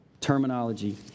terminology